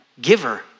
giver